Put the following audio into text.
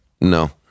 no